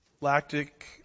Lactic